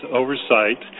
oversight